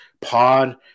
Pod